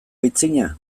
aitzina